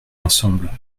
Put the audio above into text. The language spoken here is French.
ensemble